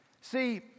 see